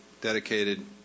dedicated